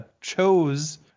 chose